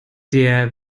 der